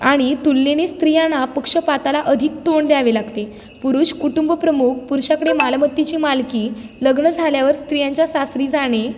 आणि तुलनेने स्त्रियांना पक्षपाताला अधिक तोंड द्यावे लागते पुरुष कुटुंब प्रमुख पुरुषाकडे मालमत्तीची मालकी लग्न झाल्यावर स्त्रियांच्या सासरी जाणे